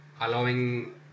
allowing